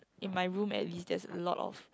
in my room at least there's a lot of